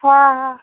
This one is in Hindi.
हाँ हाँ